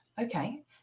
Okay